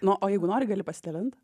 na o jeigu nori gali pasidalint